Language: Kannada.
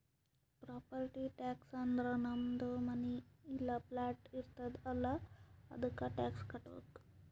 ಪ್ರಾಪರ್ಟಿ ಟ್ಯಾಕ್ಸ್ ಅಂದುರ್ ನಮ್ದು ಮನಿ ಇಲ್ಲಾ ಪ್ಲಾಟ್ ಇರ್ತುದ್ ಅಲ್ಲಾ ಅದ್ದುಕ ಟ್ಯಾಕ್ಸ್ ಕಟ್ಟಬೇಕ್